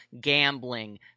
gambling